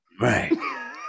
Right